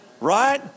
right